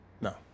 No